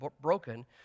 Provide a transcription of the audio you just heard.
broken